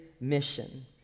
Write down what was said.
mission